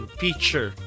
feature